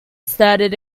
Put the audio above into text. started